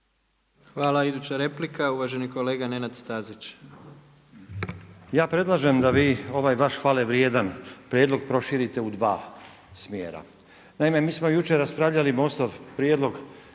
Hvala. Iduća replika je uvaženi kolega Nenad Stazić. **Stazić, Nenad (SDP)** Ja predlažem da vi ovaj vaš hvalevrijedna prijedlog proširite u dva smjera. Naime, mi smo jučer raspravljali MOST-ov prijedlog